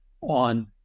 on